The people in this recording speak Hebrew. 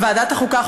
בוועדת החוקה,